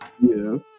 Yes